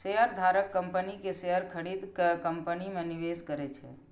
शेयरधारक कंपनी के शेयर खरीद के कंपनी मे निवेश करै छै